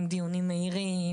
עם דיונים מהירים,